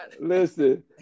Listen